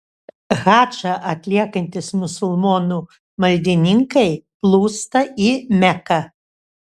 hadžą atliekantys musulmonų maldininkai plūsta į meką